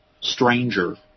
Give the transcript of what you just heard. stranger